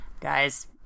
Guys